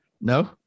No